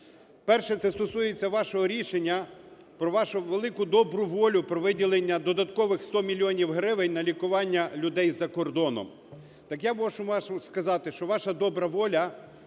Перше. Це стосується вашого рішення про вашу велику добру волю про виділення додаткових 100 мільйонів гривень на лікування людей за кордоном. Так я мушу вам сказати, що ваша добра воля